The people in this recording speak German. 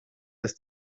ist